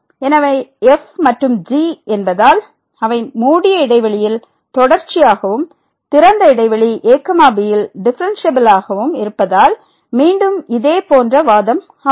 எனவே f மற்றும் g என்பதால் அவை மூடிய இடைவெளியில் தொடர்ச்சியாகவும் திறந்த இடைவெளி a bயில் டிபரன்சியபில் ஆகவும் இருப்பதால் மீண்டும் இதே போன்ற வாதம் அமையும்